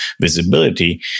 visibility